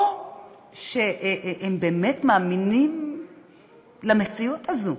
או שהם באמת מאמינים למציאות הזו.